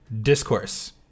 discourse